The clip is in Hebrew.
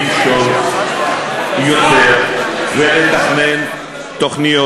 למשול יותר ולתכנן תוכניות.